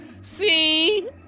see